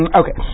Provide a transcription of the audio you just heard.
okay